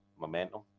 momentum